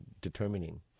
determining